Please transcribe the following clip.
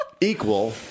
Equal